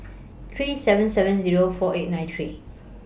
three seven seven Zero four eight nine three